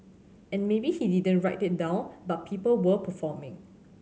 and maybe he didn't write it down but people were performing